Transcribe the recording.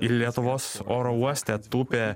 lietuvos oro uoste tūpė